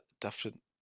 different